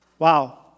Wow